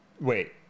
wait